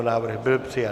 Návrh byl přijat.